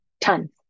tons